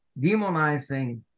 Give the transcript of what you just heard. demonizing